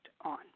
on